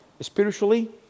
spiritually